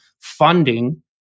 funding